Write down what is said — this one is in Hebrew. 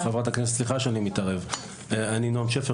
אני רוצה לומר שהסיפור של